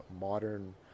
modern